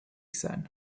sein